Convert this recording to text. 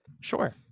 Sure